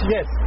Yes